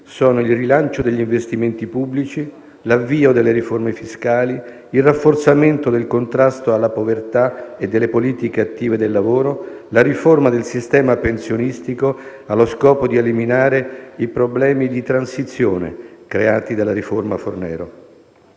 sono il rilancio degli investimenti pubblici, l'avvio delle riforme fiscali, il rafforzamento del contrasto alla povertà e delle politiche attive del lavoro e la riforma del sistema pensionistico allo scopo di eliminare i problemi di transizione creati dalla riforma Fornero.